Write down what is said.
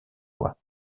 fois